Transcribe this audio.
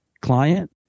client